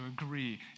agree